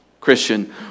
Christian